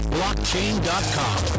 Blockchain.com